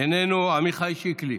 איננו, עמיחי שיקלי,